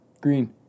green